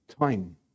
time